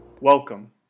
Welcome